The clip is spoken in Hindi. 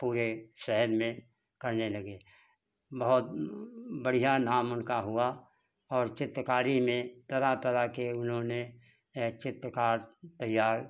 पूरे शहर में करने लगे बहुत बढ़ियाँ नाम उनका हुआ और चित्रकारी में तरह तरह के उन्होंने चित्रकार तैयार